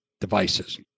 devices